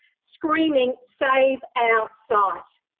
screaming, save our site.